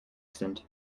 sind